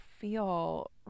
feel